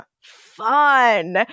fun